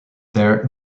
there